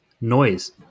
noise